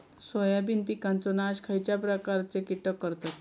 Soybean पिकांचो नाश खयच्या प्रकारचे कीटक करतत?